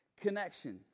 connection